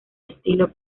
estilo